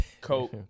coke